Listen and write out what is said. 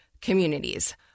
communities